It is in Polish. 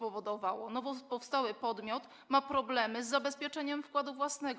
Nowo powstały podmiot ma problemy z zabezpieczeniem wkładu własnego.